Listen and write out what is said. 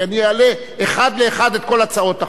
כי אני אעלה אחת לאחת את כל הצעות החוק,